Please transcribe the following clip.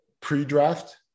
pre-draft